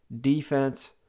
defense